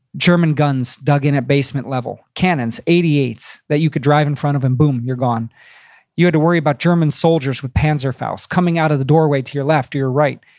german guns dug in at basement level. cannons, eighty eight s that you could drive in front of and boom, you're gone you had to worry about german soldiers with panzerfaust coming out of the doorway to your left or your right.